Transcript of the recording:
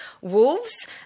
Wolves